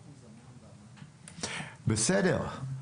בסדר,